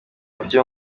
byo